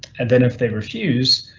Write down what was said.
and then if they refuse,